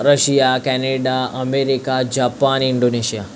Russia Canada America Japan Indonesia